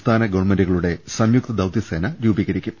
സ്ഥാന ഗവൺമെന്റുകളുടെ സംയുക്ത ദൌത്യസേന രൂപീക രിക്കും